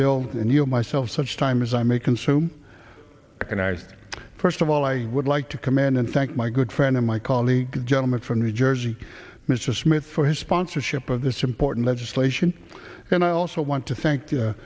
bill and you myself such time as i may consume and i first of all i would like to commend and thank my good friend of my colleague a gentleman from new jersey mr smith for his sponsorship of this important legislation and i also want to thank